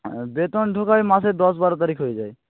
বেতন ঢোকায় মাসে দশ বারো তারিখ হয়ে যায়